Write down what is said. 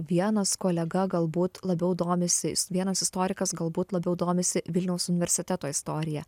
vienas kolega galbūt labiau domisi vienas istorikas galbūt labiau domisi vilniaus universiteto istorija